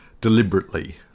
Deliberately